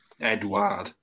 Edward